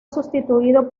sustituido